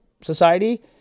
society